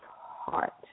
heart